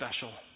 special